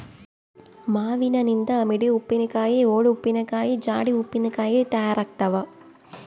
ಮಾವಿನನಿಂದ ಮಿಡಿ ಉಪ್ಪಿನಕಾಯಿ, ಓಳು ಉಪ್ಪಿನಕಾಯಿ, ಜಾಡಿ ಉಪ್ಪಿನಕಾಯಿ ತಯಾರಾಗ್ತಾವ